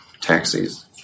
taxis